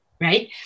Right